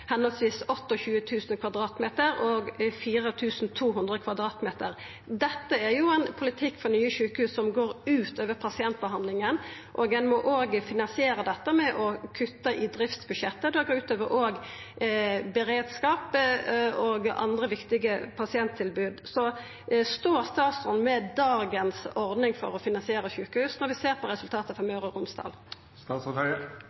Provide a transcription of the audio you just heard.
og 4 200 m 2 . Dette er ein politikk for nye sjukehus som går ut over pasientbehandlinga. Ein må òg finansiera dette med å kutta i driftsbudsjettet, og det går ut over beredskap og andre viktige pasienttilbod. Står statsråden ved dagens ordning for å finansiera sjukehus, når vi ser på resultatet for